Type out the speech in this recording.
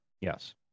Yes